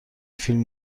فیلم